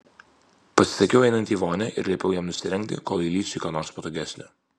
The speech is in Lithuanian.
pasisakiau einanti į vonią ir liepiau jam nusirengti kol įlįsiu į ką nors patogesnio